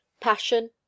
Passion